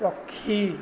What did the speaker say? ପକ୍ଷୀ